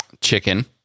chicken